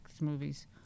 movies